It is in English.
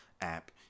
app